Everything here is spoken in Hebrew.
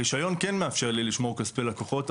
הרישיון כן מאפשר לי לשמור כספי לקוחות,